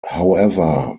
however